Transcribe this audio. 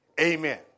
Amen